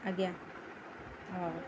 ଆଜ୍ଞା ହଉ